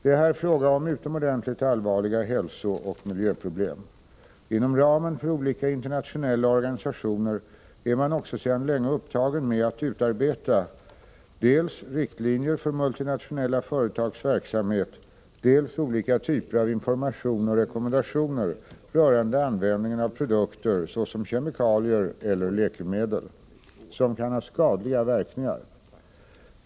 Det är här fråga om utomordentligt allvarliga hälsooch miljöproblem. Inom ramen för olika internationella organisationer är man också sedan länge upptagen med att utarbeta dels riktlinjer för multinationella företags verksamhet, dels olika typer av information och rekommendationer rörande användningen av produkter, såsom kemikalier eller läkemedel, som kan ha skadliga verkningar.